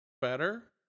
better